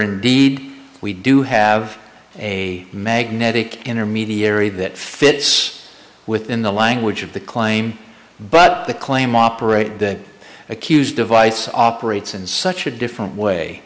indeed we do have a magnetic intermediary that fits within the language of the claim but the claim operate the accused device operates in such a different way